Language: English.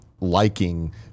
liking